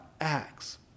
acts